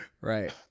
Right